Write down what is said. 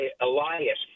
Elias